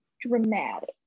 dramatic